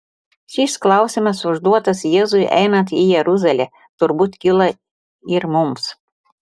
šis klausimas užduotas jėzui einant į jeruzalę turbūt kyla ir mums